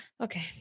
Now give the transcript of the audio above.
Okay